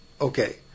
Okay